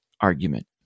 argument